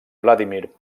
vladímir